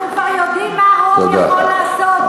אנחנו כבר יודעים מה רוב יכול לעשות, תודה.